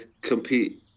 compete